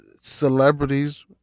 celebrities